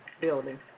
building